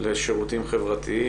לשירותים חברתיים.